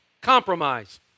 compromise